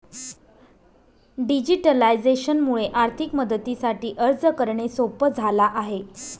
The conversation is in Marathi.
डिजिटलायझेशन मुळे आर्थिक मदतीसाठी अर्ज करणे सोप झाला आहे